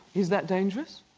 is that dangerous.